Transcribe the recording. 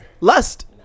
Lust